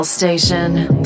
Station